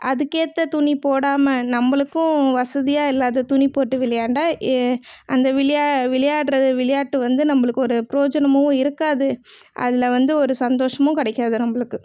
அதுக்கேற்ற துணி போடாமல் நம்மளுக்கும் வசதியாக இல்லாத துணி போட்டு விளையாண்டால் எ அந்த விளையா விளையாடுகிறது விளையாட்டு வந்து நம்மளுக்கு ஒரு பிரயோஜனமும் இருக்காது அதில் வந்து ஒரு சந்தோஷமும் கிடைக்காது நம்மளுக்கு